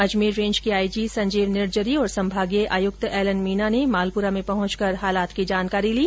Ajmer range के IG Sanjeev Nirjari और संभागीय आयुक्त एलएन मीना ने मालपुरा में पहुंचकर हालात की जानकारी ली